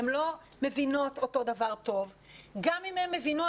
הן לא מבינות אותו הדבר טוב וגם אם הן מבינות,